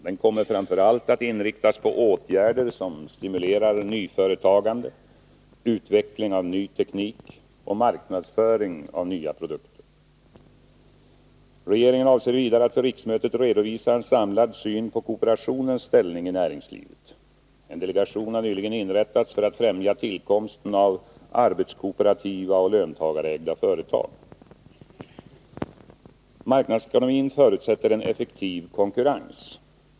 Den kommer framför allt att inriktas på åtgärder som stimulerar nyföretagande, utveckling av ny teknik och marknadsföring av nya produkter. Regeringen avser vidare att för riksmötet redovisa en samlad syn på kooperationens ställning i näringslivet. En delegation har nyligen inrättats för att främja tillkomsten av arbetskooperativa och löntagarägda företag. Marknadsekonomin förutsätter en effektiv konkurrens.